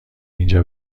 اینجا